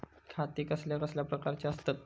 खाते कसल्या कसल्या प्रकारची असतत?